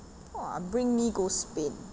!wah! bring me go spain ah